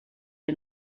and